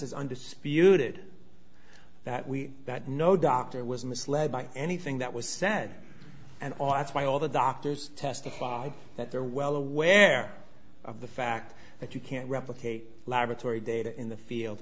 is under spirited that we that no doctor was misled by anything that was said and all that's why all the doctors testified that they're well aware of the fact that you can't replicate laboratory data in the field